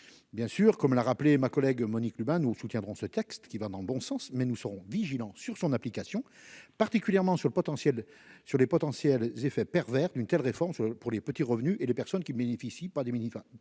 évidemment, comme l'a rappelé ma collègue Monique Lubin, nous soutiendrons ce texte, qui va dans le bon sens. Nous serons vigilants quant à son application, particulièrement en ce qui concerne les potentiels effets pervers d'une telle réforme sur les petits revenus et sur les personnes ne bénéficiant pas des minima